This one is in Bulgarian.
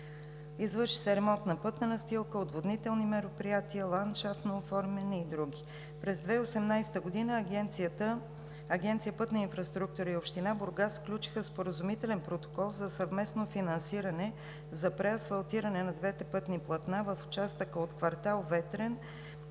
Извърши се ремонт на пътна настилка, отводнителни мероприятия, ландшафтно оформяне и други. През 2018 г. Агенция „Пътна инфраструктура“ и община Бургас сключиха споразумителен протокол за съвместно финансиране за преасфалтиране на двете пътни платна в участъка от квартал „Ветрен“